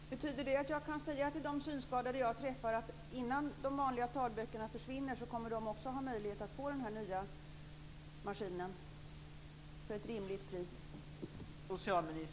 Fru talman! Betyder det att jag kan säga till de synskadade som jag träffar att innan de vanliga talböckerna försvinner kommer de att ha möjlighet att få den här nya maskinen till ett rimligt pris?